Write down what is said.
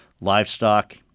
livestock